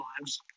lives